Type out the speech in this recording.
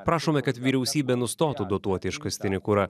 prašome kad vyriausybė nustotų dotuoti iškastinį kurą